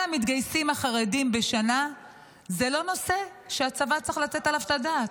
המתגייסים החרדים בשנה זה לא נושא שהצבא צריך לתת עליו את הדעת.